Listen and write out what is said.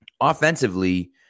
offensively